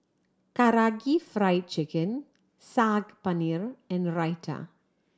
Karaage Fried Chicken Saag Paneer and Raita